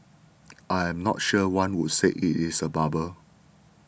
I'm not sure one would say it is a bubble